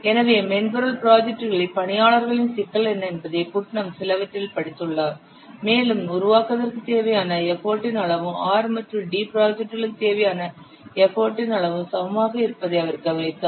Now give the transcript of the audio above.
எனவே மென்பொருள் ப்ராஜெட்டுகளில் பணியாளர்களின் சிக்கல் என்ன என்பதை புட்னம் சிலவற்றில் படித்துள்ளார் மென்பொருள் உருவாக்குவதற்கு தேவையான எஃபர்டின் அளவும் R மற்றும் D ப்ராஜெட்டுளுக்கு தேவையான எஃபர்டின் அளவும் சமமாக இருப்பதை அவர் கவனித்தார்